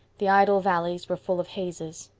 the idle valleys were full of hazes.